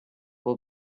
will